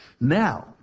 Now